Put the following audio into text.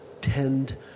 tend